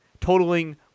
totaling